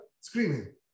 screaming